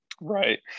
Right